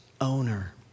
owner